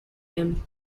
him